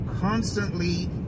constantly